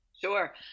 Sure